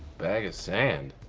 bag of sand?